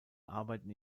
arbeiten